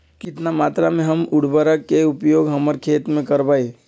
कितना मात्रा में हम उर्वरक के उपयोग हमर खेत में करबई?